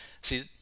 See